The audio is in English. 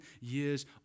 years